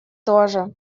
тоже